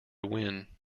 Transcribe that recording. win